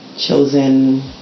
chosen